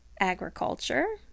agriculture